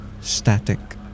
Static